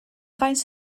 faint